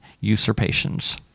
usurpations